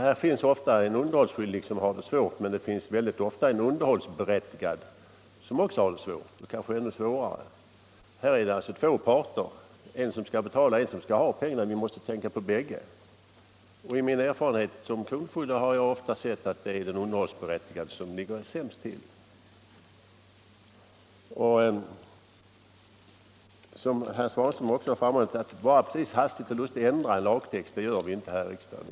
Jag vet därför att de som är underhållsskyldiga ofta har det svårt, men många underhållsberättigade har det också mycket svårt, kanske ännu svårare. Här är det alltså två parter, en som skall betala och en som skall ha pengarna. Vi måste tänka på båda. Och i min verksamhet som kronofogde har jag som sagt ofta upplevt att det är den underhållsberättigade som ligger sämst till. Att bara hastigt och lustigt ändra en lagtext — det gör vi inte här i riksdagen.